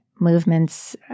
movements